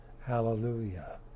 hallelujah